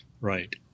right